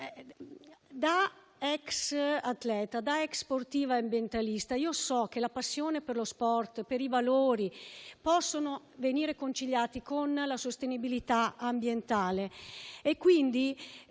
Da ex atleta ed ex sportiva ambientalista, so che la passione per lo sport e i valori può essere conciliata con la sostenibilità ambientale.